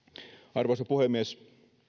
arvoisa puhemies